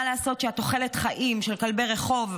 מה לעשות שתוחלת החיים של כלבי רחוב,